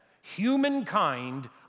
humankind